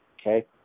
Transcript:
Okay